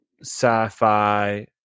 sci-fi